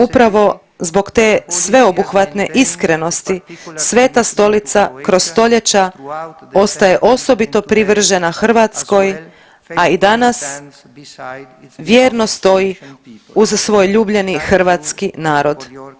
Upravo zbog te sveobuhvatne iskrenosti Sveta Stolica kroz stoljeća ostaje osobito privržena Hrvatskoj, a i danas vjerno stoji uz svoj ljubljeni hrvatski narod.